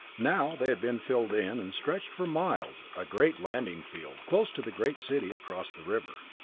now they had been filled in, and stretched for miles, a great landing field, close to the great city across the river.